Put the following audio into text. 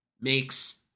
makes